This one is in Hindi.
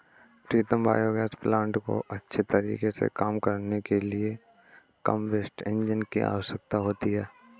प्रीतम बायोगैस प्लांट को अच्छे तरीके से काम करने के लिए कंबस्टिव इंजन की आवश्यकता होती है